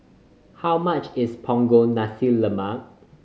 how much is Punggol Nasi Lemak